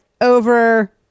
over